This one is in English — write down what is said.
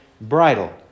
Bridle